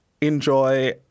enjoy